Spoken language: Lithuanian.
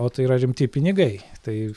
o tai yra rimti pinigai tai